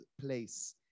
place